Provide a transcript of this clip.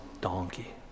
donkey